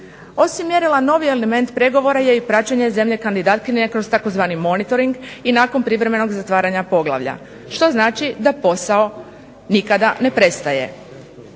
Osim mjerila novi element pregovora je i praćenje zemlje kandidatkinje kroz tzv. monitoring i nakon privremenog zatvaranja poglavlja što znači da posao nikada ne prestaje.